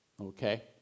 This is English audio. Okay